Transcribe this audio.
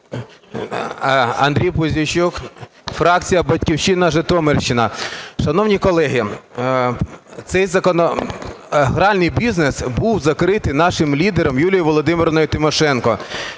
Андрій Пузійчук, фракція "Батьківщина", Житомирщина. Шановні колеги, гральний бізнес був закритий нашим лідером Юлією Володимирівною Тимошенко.